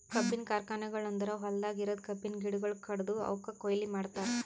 ಕಬ್ಬಿನ ಕಾರ್ಖಾನೆಗೊಳ್ ಅಂದುರ್ ಹೊಲ್ದಾಗ್ ಇರದ್ ಕಬ್ಬಿನ ಗಿಡಗೊಳ್ ಕಡ್ದು ಅವುಕ್ ಕೊಯ್ಲಿ ಮಾಡ್ತಾರ್